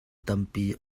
tampi